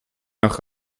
nach